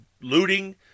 looting